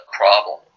problem